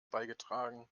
beigetragen